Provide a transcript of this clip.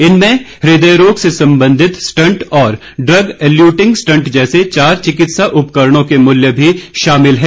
इनमें हृदय रोग से संबंधित स्टंट और ड्रग एल्यूटिंग स्टंट जैसे चार चिकित्सा उपकरणों के मूल्य मी शामिल हैं